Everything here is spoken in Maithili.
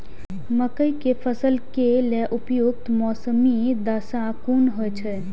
मके के फसल के लेल उपयुक्त मौसमी दशा कुन होए छै?